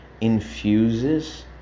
infuses